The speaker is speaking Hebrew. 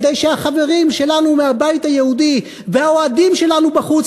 כדי שהחברים שלנו מהבית היהודי והאוהדים שלנו בחוץ